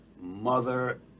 mother